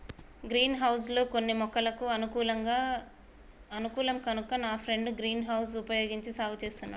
green house లో కొన్ని మొక్కలకు అనుకూలం కనుక నా ఫ్రెండు గ్రీన్ హౌస్ వుపయోగించి సాగు చేస్తున్నాడు